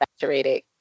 saturated